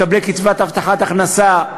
מקבלי קצבת הבטחת הכנסה,